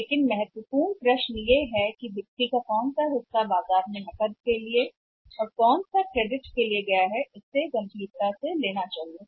लेकिन महत्वपूर्ण सवाल यह है कि नकदी और ऋण पर सेलेज़ का कौन सा हिस्सा बाज़ार में चला गया है घटक को गंभीरता से लिया जाना है